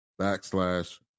backslash